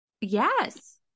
Yes